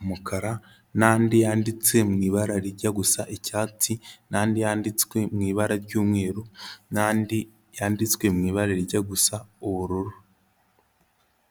umukara n'andi yanditse mu ibara rijya gusa icyatsi n'andi yanditswe mu ibara ry'umweru n'andi yanditswe mu ibara rijya gusa ubururu.